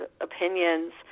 opinions